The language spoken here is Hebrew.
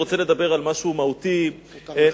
אני רוצה לדבר על משהו מהותי נוסף